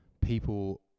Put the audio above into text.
people